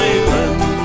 Island